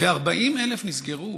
ו-40,000 נסגרו.